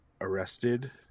arrested